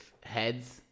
heads